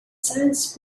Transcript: sands